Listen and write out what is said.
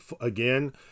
again